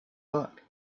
book